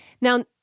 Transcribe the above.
Now